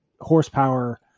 horsepower